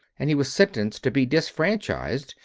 and he was sentenced to be disfranchised,